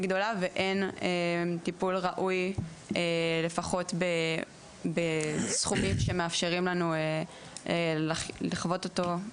גדולה ואין טיפול ראוי לפחות בסכומים שמאפשרים לנו לחוות אותו,